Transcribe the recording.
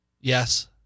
Yes